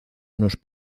unos